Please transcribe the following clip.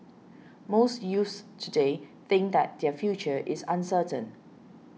most youths today think that their future is uncertain